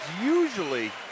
usually